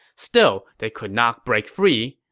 still, they could not break free.